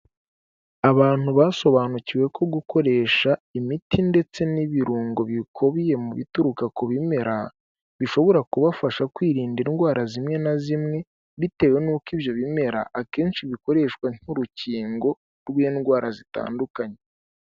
Abantu basobanukiwe ko gukoresha imiti ndetse n'ibirungo bikubiye mu bituruka ku bimera bishobora kubafasha kwirinda indwara zimwe na zimwe bitewe n'uko ibyo bimera akenshi bikoreshwa nk'urukingo rw'indwara zitandukanye.